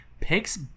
pigs